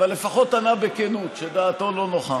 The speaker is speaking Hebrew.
אבל לפחות ענה בכנות שדעתו לא נוחה.